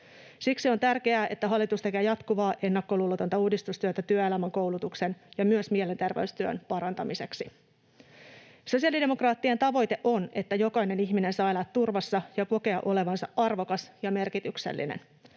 Siksi on tärkeää, että hallitus tekee jatkuvaa ennakkoluulotonta uudistustyötä työelämäkoulutuksen ja myös mielenterveystyön parantamiseksi. Sosiaalidemokraattien tavoite on, että jokainen ihminen saa elää turvassa ja kokea olevansa arvokas ja merkityksellinen.